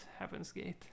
Heavensgate